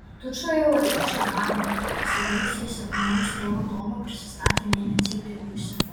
tučtuojau ateik čia barbara išsigandusi įsakmaus tėvo tono prisistatė nė necyptelėjusi